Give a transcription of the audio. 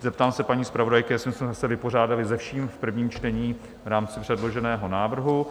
Zeptám se paní zpravodajky, jestli jsme se vypořádali se vším v prvním čtení v rámci předloženého návrhu.